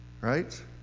Right